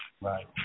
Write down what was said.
Right